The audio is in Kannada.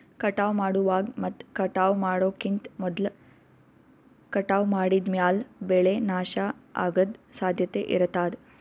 ಕಟಾವ್ ಮಾಡುವಾಗ್ ಮತ್ ಕಟಾವ್ ಮಾಡೋಕಿಂತ್ ಮೊದ್ಲ ಕಟಾವ್ ಮಾಡಿದ್ಮ್ಯಾಲ್ ಬೆಳೆ ನಾಶ ಅಗದ್ ಸಾಧ್ಯತೆ ಇರತಾದ್